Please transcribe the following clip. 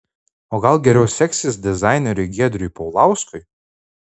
o gal geriau seksis dizaineriui giedriui paulauskui